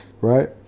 right